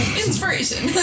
inspiration